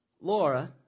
Laura